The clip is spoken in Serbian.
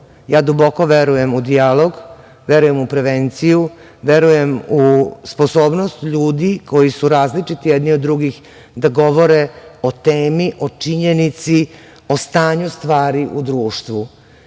Duboko verujem u dijalog, verujem u prevenciju, verujem u sposobnost ljudi koji su različiti jedni od drugih da govore o temi, o činjenici, o stanju stvari u društvu. Duboko